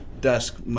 desk